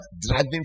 driving